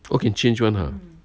oh can change [one] ah